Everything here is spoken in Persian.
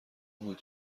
بود